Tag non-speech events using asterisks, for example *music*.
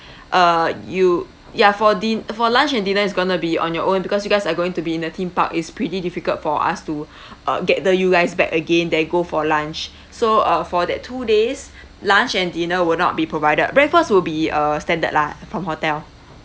uh you ya for dinner for lunch and dinner is going to be on your own because you guys are going to be in the theme park it's pretty difficult for us to *breath* uh gather you guys back again then go for lunch so uh for that two days lunch and dinner will not be provided breakfast will be uh standard lah from hotel